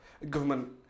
government